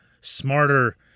smarter